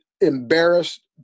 embarrassed